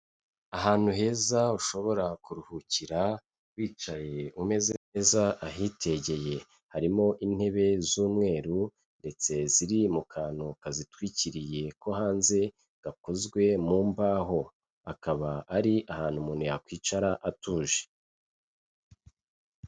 Ahantu heza ushobora kuruhukira wicaye umeze neza ahitegeye, harimo intebe z'umweru ndetse ziri mu kantu ka zitwikiriye ko hanze gakozwe mu mbaho, akaba ari ahantu umuntu yakwicara atuje.